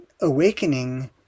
awakening